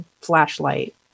flashlight